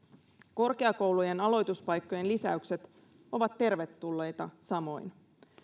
korkeakoulujen aloituspaikkojen lisäykset ovat tervetulleita samoin